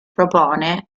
propone